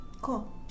Cool